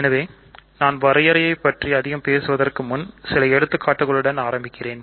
எனவே நான் வரையறையைப் பற்றி அதிகம் பேசுவதற்கு முன் சில எடுத்துக்காட்டுகளுடன் ஆரம்பிக்கிறேன்